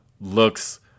looks